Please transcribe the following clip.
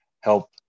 help